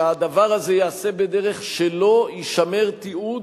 שהדבר הזה ייעשה בדרך שלא יישמר תיעוד